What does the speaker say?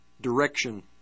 direction